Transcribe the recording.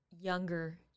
younger